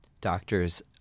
doctors